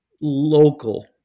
local